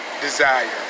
desire